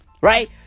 right